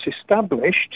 established